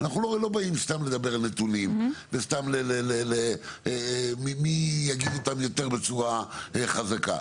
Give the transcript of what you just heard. אנחנו לא באים סתם לדבר על נתונים וסתם מי יגיד אותם יותר בצורה חזקה,